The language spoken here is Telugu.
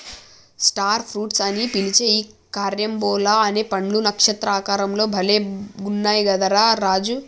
స్టార్ ఫ్రూట్స్ అని పిలిచే ఈ క్యారంబోలా అనే పండ్లు నక్షత్ర ఆకారం లో భలే గున్నయ్ కదా రా రాజు